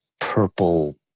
purple